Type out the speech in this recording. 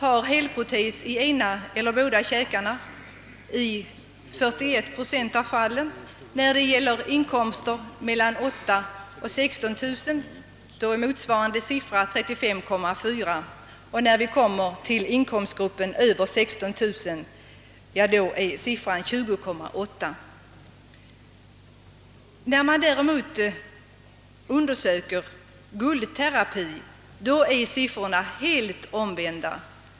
har en hel protes i ena eller båda käkarna i 41 procent av totala antalet fall, när det gäller inkomster mellan 8 000— 16 000 är motsvarande siffra 35,4 och när vi kommer till inkomstgruppen över 16 000 är siffran 20,8. När man däremot undersöker guldterapi är siffrorna helt omvända.